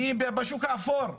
מי בשוק האפור.